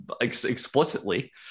explicitly